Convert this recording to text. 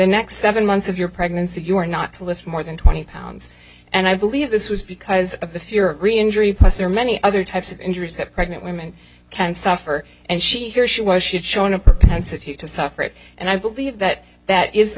next seven months of your pregnancy you were not to lift more than twenty pounds and i believe this was because of the fury injury because there are many other types of injuries that pregnant women can suffer and she fears she was she had shown a propensity to suffer it and i believe that that is the